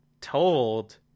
told